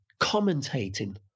commentating